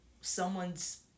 someone's